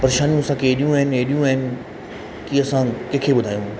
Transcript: परेशानियूं असांखे एॾियूं आहिनि एॾियूं आहिनि कि असां कंहिंखे ॿुधायूं